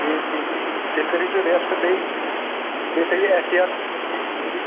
ٹھیٖک ٹھیٖک تیٚلہِ کٔرِو تُہۍ رٮ۪سٹ بیٚیہِ بیٚیہِ تھٲیِو احتِیاط